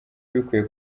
ubikwiye